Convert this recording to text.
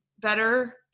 better